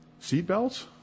seatbelts